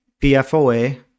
PFOA